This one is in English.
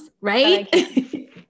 Right